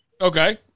Okay